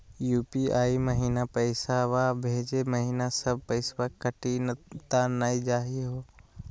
UPI महिना पैसवा भेजै महिना सब पैसवा कटी त नै जाही हो?